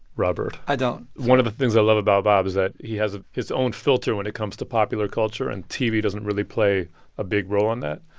robert? i don't one of the things i love about bob is that he has ah his own filter when it comes to popular culture and tv doesn't really play a big role in that.